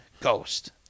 Ghost